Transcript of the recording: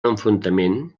enfrontament